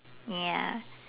ya